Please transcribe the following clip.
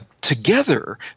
together